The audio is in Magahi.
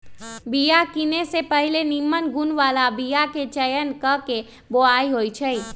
बिया किने से पहिले निम्मन गुण बला बीयाके चयन क के बोआइ होइ छइ